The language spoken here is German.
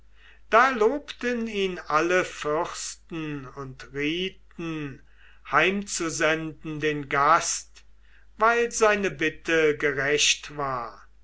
da lobten ihn alle fürsten und rieten heimzusenden den gast weil seine bitte gerecht war